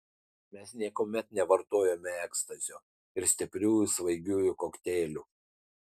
mes niekuomet nevartojome ekstazio ir stiprių svaigiųjų kokteilių